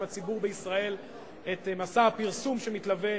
הציבור בישראל את מסע הפרסום שמתלווה,